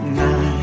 night